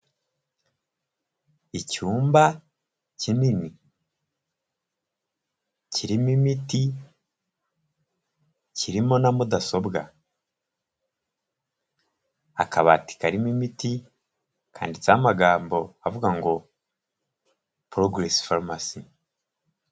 Icyumba kinini kirimo imiti, kirimo na mudasobwa, akabati karimo imiti kanditseho amagambo avuga ngo: "Progress farumasi."